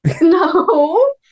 no